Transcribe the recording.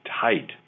tight